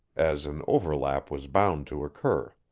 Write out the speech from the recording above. as an overlap was bound to occur.